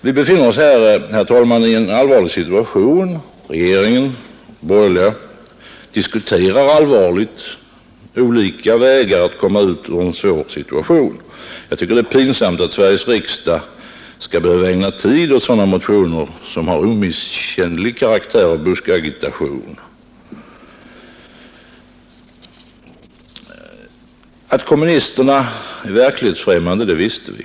Vi befinner oss, herr talman, i en allvarlig situation. Regeringen och de borgerliga diskuterar allvarligt olika vägar att komma ur en svår situation. Det är pinsamt att Sveriges riksdag skall behöva ägna tid åt sådana motioner som har omisskännlig karaktär av buskagitation. Att kommunisterna är verklighetsfrämmande visste vi.